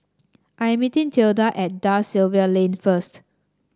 I meeting Tilda at Da Silva Lane first